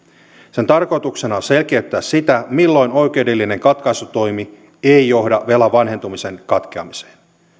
sen tarkoituksena on selkeyttää sitä milloin oikeudellinen katkaisutoimi ei johda velan vanhentumisen katkeamiseen